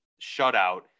shutout